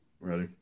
Ready